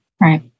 Right